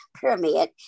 pyramid